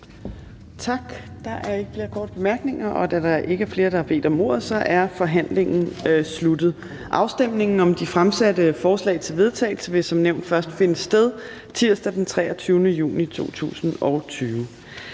Torp): Tak for det. Da der ikke er flere, som har bedt om ordet, er forhandlingen sluttet. Afstemningen om det fremsatte forslag til vedtagelse vil som nævnt først finde sted tirsdag den 23. juni 2020.